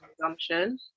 consumption